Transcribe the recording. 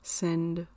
send